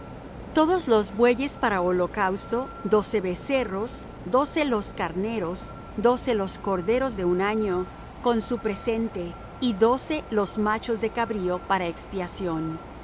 todos los bueyes para holocausto doce becerros doce los carneros doce los corderos de un año con su presente y doce los machos de cabrío para expiación